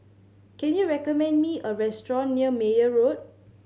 can you recommend me a restaurant near Meyer Road